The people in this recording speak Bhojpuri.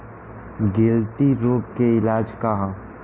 गिल्टी रोग के इलाज का ह?